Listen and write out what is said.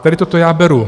Tady toto já beru.